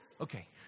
okay